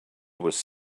was